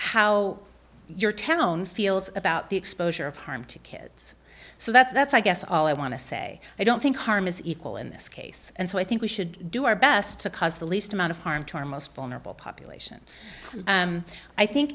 how your town feels about the exposure of harm to kids so that's i guess all i want to say i don't think harm is equal in this case and so i think we should do our best to cause the least amount of harm to our most vulnerable population i think